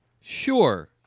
Sure